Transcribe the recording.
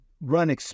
run